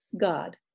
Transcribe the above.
God